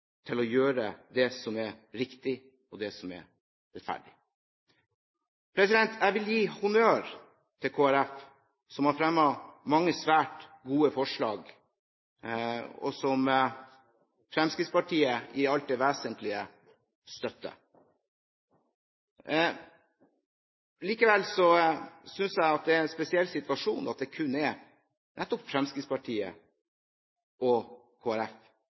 til å gjøre det som er riktig, og det som er rettferdig. Jeg vil gi honnør til Kristelig Folkeparti, som har fremmet mange svært gode forslag, og som Fremskrittspartiet i det alt vesentlige støtter. Likevel synes jeg det er en spesiell situasjon at det kun er nettopp Fremskrittspartiet og